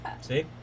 See